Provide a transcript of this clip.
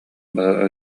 бары